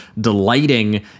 delighting